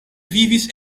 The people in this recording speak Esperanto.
vivis